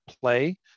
play